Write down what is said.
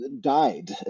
died